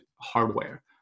hardware